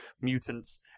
mutants